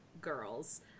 girls